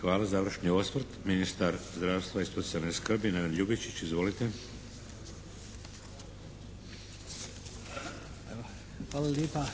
Hvala. Završni osvrt, ministar zdravstva i socijalne skrbi Neven Ljubičić. Izvolite. **Ljubičić, Neven (HDZ)** Hvala lijepa